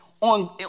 on